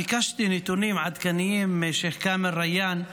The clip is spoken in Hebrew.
ביקשתי נתונים עדכניים משייח' כאמל ריאן,